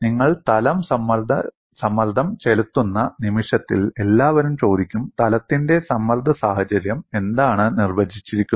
നിങ്ങൾ തലം സമ്മർദ്ദം ചെലുത്തുന്ന നിമിഷത്തിൽ എല്ലാവരും ചോദിക്കും തലത്തിന്റെ സമ്മർദ്ദ സാഹചര്യം എന്താണ് നിർവചിച്ചിരിക്കുന്നത്